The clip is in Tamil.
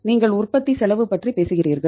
நீங்கள் உற்பத்தி செலவு பற்றி பேசுகிறீர்கள்